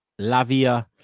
Lavia